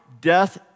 death